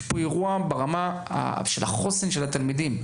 יש פה אירוע ברמת החוסן של התלמידים,